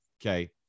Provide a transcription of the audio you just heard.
okay